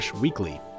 weekly